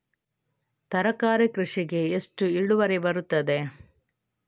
ತರಕಾರಿ ಕೃಷಿಗೆ ಎಷ್ಟು ಇಳುವರಿ ಬರುತ್ತದೆ?